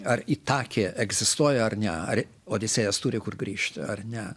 ar itakė egzistuoja ar ne ar odisėjas turi kur grįžti ar ne